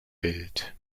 bild